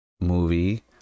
movie